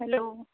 hello